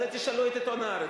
תשאלו את עיתון "הארץ",